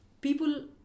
people